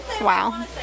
Wow